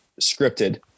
scripted